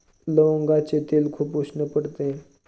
लवंगाचे तेल खूप उष्ण पडते